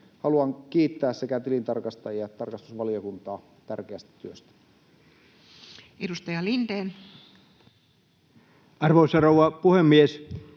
haluan kiittää sekä tilintarkastajia että tarkastusvaliokuntaa tärkeästä työstä. Edustaja Lindén. Arvoisa rouva puhemies!